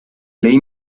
ley